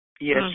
Yes